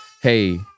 hey